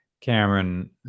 Cameron